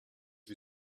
you